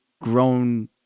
grown